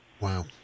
Wow